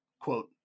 quote